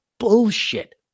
bullshit